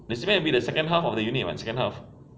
the cement will be the second half of the unit [what] second half